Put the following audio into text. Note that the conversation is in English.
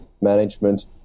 management